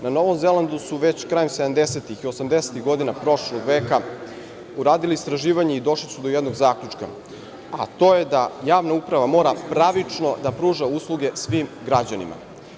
Na Novom Zelandu su, već krajem sedamdesetih i osamdesetih godina prošlog veka, uradili istraživanje i došli su do jednog zaključka, a to je da - javna uprava mora pravično da pruža usluge svim građanima.